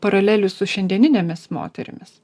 paralelių su šiandieninėmis moterimis